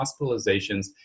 hospitalizations